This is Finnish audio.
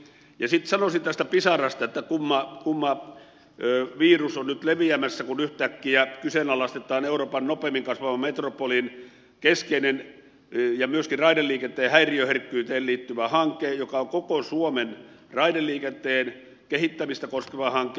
sitten sanoisin tätä pisarasta että kumma virus on nyt leviämässä kun yhtäkkiä kyseenalaistetaan euroopan nopeimmin kasvavan metropolin keskeinen ja myöskin raideliikenteen häiriöherkkyyteen liittyvä hanke joka on koko suomen raideliikenteen kehittämistä koskeva hanke